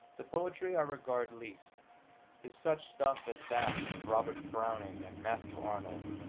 the poetry i regard least is such stuff as that of robert browning and matthew arnold,